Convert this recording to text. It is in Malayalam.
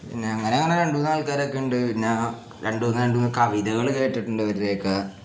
പിന്നെ അങ്ങനെ അങ്ങനെ രണ്ട് മൂന്ന് ആൾക്കാരൊക്കെ ഉണ്ട് പിന്നെ രണ്ട് മൂന്ന് രണ്ട് മൂന്ന് കവിതകൾ കേട്ടിട്ടുണ്ട് ഇവരുടെ ഒക്കെ